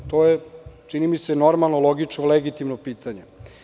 To je, čini mi se, normalno, logično i legitimno pitanje.